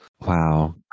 Wow